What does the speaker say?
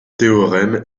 théorème